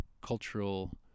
cultural